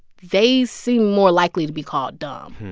they seem more likely to be called dumb.